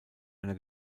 einer